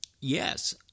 yes